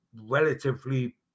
relatively